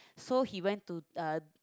so he went to uh